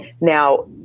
Now